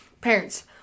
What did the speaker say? Parents